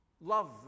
love